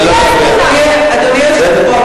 נא לא להפריע.